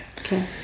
okay